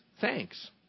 thanks